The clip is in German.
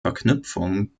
verknüpfung